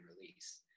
release